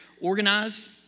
organized